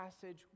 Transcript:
passage